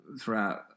throughout